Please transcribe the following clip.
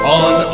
on